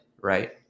right